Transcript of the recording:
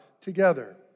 together